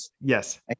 yes